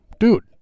dude